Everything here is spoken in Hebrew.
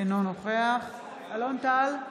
אינו נוכח אלון טל,